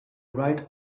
right